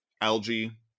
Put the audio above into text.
algae